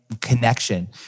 connection